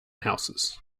houses